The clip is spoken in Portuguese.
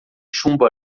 chumbo